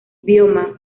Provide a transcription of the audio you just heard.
bioma